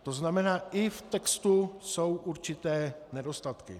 To znamená, i v textu jsou určité nedostatky.